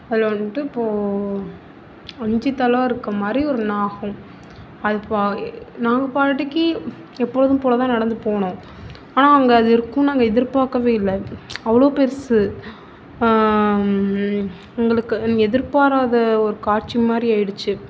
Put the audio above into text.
அது வந்துட்டு இப்போது அஞ்சு தலை இருக்கற மாதிரி ஒரு நாகம் அது பா நாங்கள்பாட்டிக்கு எப்பொழுதும் போல் தான் நடந்து போனோம் ஆனால் அங்கே அது இருக்குதுன்னு நாங்கள் எதிர்பார்க்கவே இல்லை அவ்வளோ பெருசு எங்களுக்கு எதிர்பாராத ஒரு காட்சி மாதிரி ஆகிடுச்சு